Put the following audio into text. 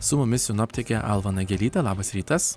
su mumis sinoptikė alva nagelytė labas rytas